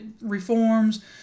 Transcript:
reforms